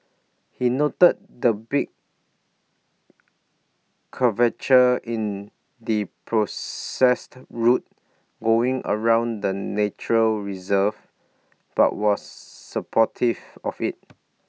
he noted the big curvature in the processed route going around the nature reserve but was supportive of IT